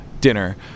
dinner